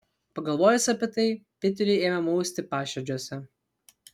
pagalvojus apie tai piteriui ėmė mausti paširdžiuose